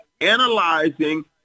analyzing